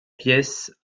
pièce